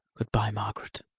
good-bye, margaret.